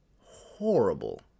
horrible